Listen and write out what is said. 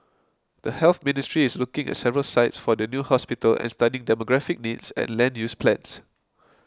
the Health Ministry is looking at several sites for the new hospital and studying demographic needs and land use plans